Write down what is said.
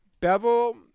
Bevel